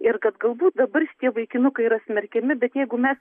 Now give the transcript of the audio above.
ir kad galbūt dabar šitie vaikinukai yra smerkiami bet jeigu mes